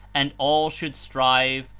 and all should strive,